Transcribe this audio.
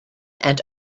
and